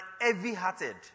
heavy-hearted